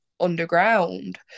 underground